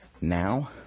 now